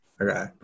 Okay